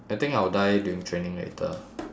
I think I will die during training later